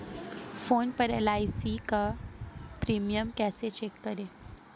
Phone पर LIC का premium कैसे चेक करें?